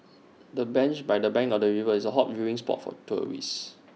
the bench by the bank of the river is A hot viewing spot for tourists